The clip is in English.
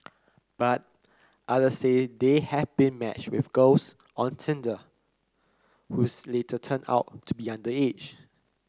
but other say they have been matched with girls on Tinder who's later turned out to be underage